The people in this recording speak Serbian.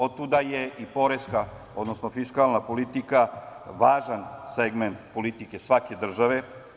Otuda je i poreska, odnosno fiskalna politika važan segment politike svake države.